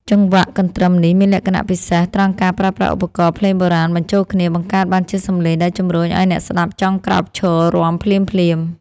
ចង្វាក់កន្ទ្រឹមនេះមានលក្ខណៈពិសេសត្រង់ការប្រើប្រាស់ឧបករណ៍ភ្លេងបុរាណបញ្ចូលគ្នា បង្កើតបានជាសម្លេងដែលជំរុញឱ្យអ្នកស្តាប់ចង់ក្រោកឈររាំភ្លាមៗ។